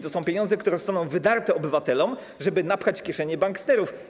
To są pieniądze, które zostaną wydarte obywatelom, żeby napchać kieszenie banksterów.